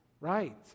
Right